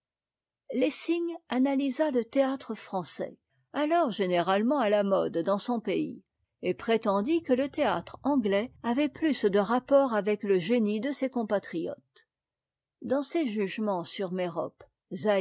lessing analysa le théâtre français alors généralement à la mode dans son pays et prétendit que le théâtre anglais avait plus de rapport avec le génie de ses compatriotes dans ses jugements sur mérope